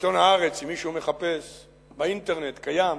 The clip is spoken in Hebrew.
בעיתון "הארץ" אם מישהו מחפש זה קיים באינטרנט,